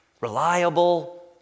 reliable